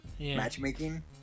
matchmaking